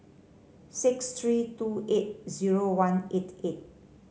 six three two eight zero one eight eight